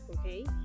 Okay